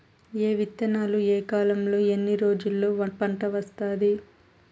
ఏ విత్తనాలు ఏ కాలంలో ఎన్ని రోజుల్లో పంట వస్తాది?